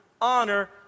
honor